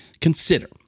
Consider